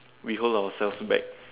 we hold ourselves back